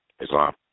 Islam